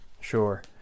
Sure